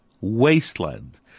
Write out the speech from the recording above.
wasteland